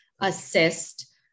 assist